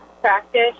practice